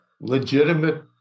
legitimate